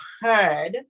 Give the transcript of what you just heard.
heard